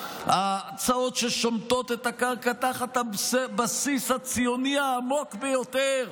הצעות ששומטות את הקרקע תחת הבסיס הציוני העמוק ביותר,